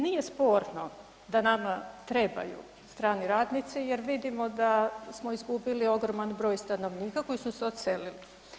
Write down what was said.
Nije sporno da nama trebaju strani radnici jer vidimo da smo izgubili ogroman broj stanovnika koji su se odselili.